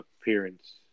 appearance